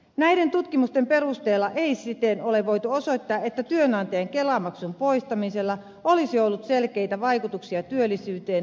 näiden tutkimusten perusteella ei siten ole voitu osoittaa että työnantajien kelamaksun poistamisella olisi ollut selkeitä vaikutuksia työllisyyteen